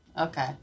okay